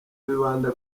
bibanda